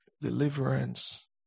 Deliverance